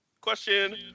question